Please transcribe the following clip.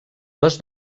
les